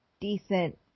decent